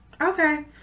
Okay